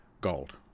gold